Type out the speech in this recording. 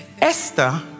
Esther